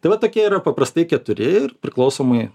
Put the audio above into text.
tai va tokie yra paprastai keturi ir priklausomai